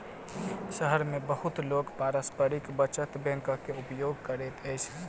शहर मे बहुत लोक पारस्परिक बचत बैंकक उपयोग करैत अछि